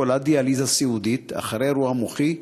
חולת דיאליזה סיעודית אחרי אירוע מוחי,